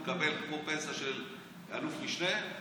הוא מקבל כמו פנסיה של אלוף משנה,